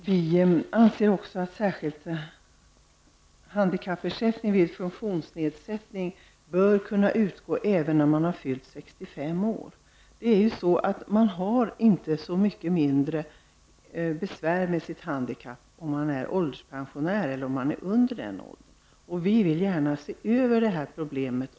Miljöpartiet anser också att särskild handikappersättning vid funktionsnedsättning bör kunna utgå även när man har fyllt 65 år. Man har inte så mycket mindre besvär med sitt handikapp om man är ålderspensionär än om man är under pensionsåldern. Vi vill alltså gärna se över detta problem.